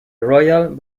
royal